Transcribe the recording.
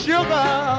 Sugar